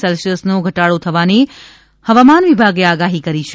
સેલ્સીયસનો ઘટાડો થવાની હવામાન વિભાગે આગાહી કરી છે